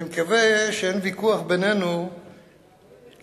אני מקווה שאין ויכוח בינינו שדוח-גולדסטון